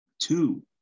Two